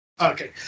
Okay